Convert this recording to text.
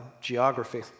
geography